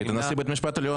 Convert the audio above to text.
מי נמנע?